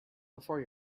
before